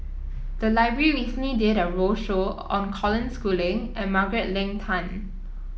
the library recently did a roadshow on Colin Schooling and Margaret Leng Tan